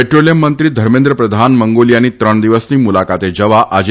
petroleum મંત્રી ધર્મેન્દ્ર પ્રધાન મંગોલીયાની ત્રણ દિવસની મુલાકાતે જવા આજે રવાના થશે